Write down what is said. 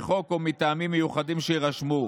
אחרת לפי חוק או מטעמים מיוחדים שיירשמו.